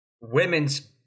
women's